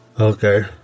Okay